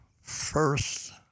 first